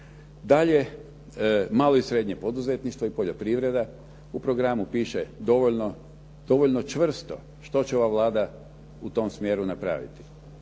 Dalje, malo i srednje poduzetništvo i poljoprivreda. U programu piše dovoljno čvrsto. Što će ova Vlada u tom smjeru napraviti?